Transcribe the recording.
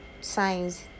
signs